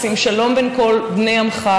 / שים שלום בין כל בני עמך,